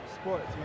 sports